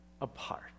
Apart